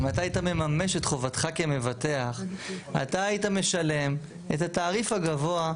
אם אתה היית מממש את חובתך כמבטח אתה היית משלם את התעריף הגבוה,